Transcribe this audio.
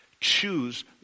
Choose